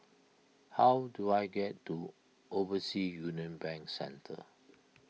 how do I get to Overseas Union Bank Centre